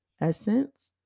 Essence